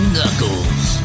Knuckles